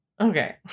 Okay